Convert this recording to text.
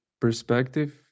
perspective